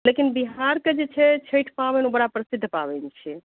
लेकिन बिहारके जे छै छठि पाबनि ओ बड़ा प्रसिद्ध पाबनि छै